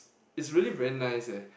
is really very nice eh